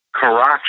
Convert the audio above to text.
Karachi